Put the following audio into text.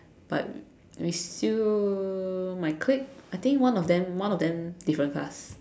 but we still my clique I think one of them one of them different class